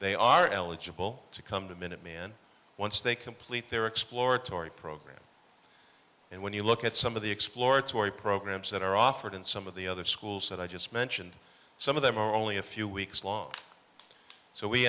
they are eligible to come to minutemen once they complete their exploratory and when you look at some of the exploratory programs that are offered in some of the other schools that i just mentioned some of them are only a few weeks long so we